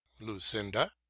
Lucinda